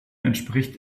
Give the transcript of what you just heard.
entspricht